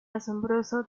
asombroso